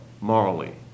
morally